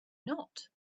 not